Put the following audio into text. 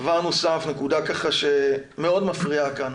דבר נוסף, נקודה שמאוד מפריעה כאן